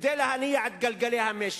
וכדי להניע את גלגלי המשק.